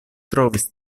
trovis